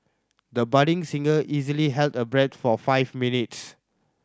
the budding singer easily held her breath for five minutes